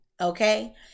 okay